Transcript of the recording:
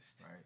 Right